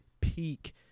peak